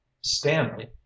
stanley